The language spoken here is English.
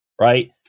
right